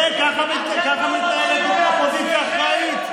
ככה מתנהלת אופוזיציה אחראית?